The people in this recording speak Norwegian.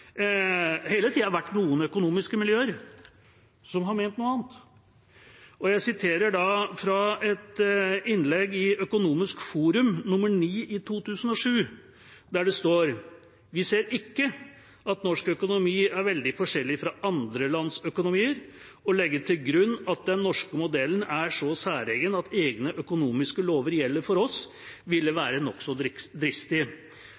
vært noen økonomiske miljøer som har ment noe annet. Jeg siterer fra et innlegg i Økonomisk forum nr. 9 i 2007, der det står: «Vi ser ikke at norsk økonomi er veldig forskjellig fra andre lands økonomier. Å legge til grunn at «Den norske modellen» er så særegen at egne økonomiske lover gjelder for oss, ville være nokså dristig.»